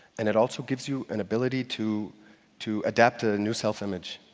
and it also gives you an ability to to adapt to a new self-image.